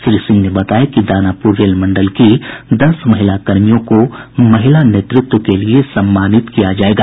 श्री सिंह ने बताया कि दानापुर रेल मंडल की दस महिलाकर्मियों को महिला नेतृत्व के लिए सम्मानित किया जायेगा